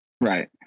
Right